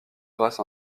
grâce